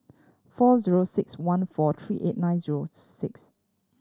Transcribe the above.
four zero six one four three eight nine zero six